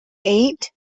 eat